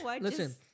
listen